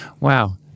wow